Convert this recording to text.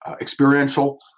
experiential